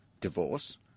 divorce